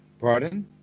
Pardon